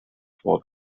for